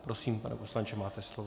Prosím, pane poslanče, máte slovo.